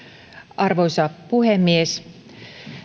arvoisa puhemies